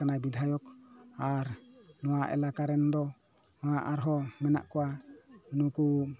ᱠᱟᱱᱟᱭ ᱵᱤᱫᱷᱟᱭᱚᱠ ᱟᱨ ᱱᱚᱣᱟ ᱮᱞᱟᱠᱟ ᱨᱮᱱ ᱫᱚ ᱟᱨᱦᱚᱸ ᱢᱮᱱᱟᱜ ᱠᱚᱣᱟ ᱱᱩᱠᱩ